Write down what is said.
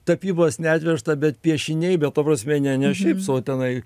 tapybos neatvežta bet piešiniai ta prasme ne ne šiaip sau tenai